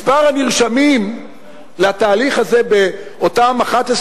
מספר הנרשמים לתהליך הזה באותן 11